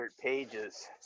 pages